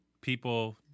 people